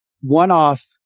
one-off